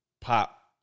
pop